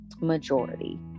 majority